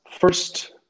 first